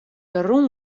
rûn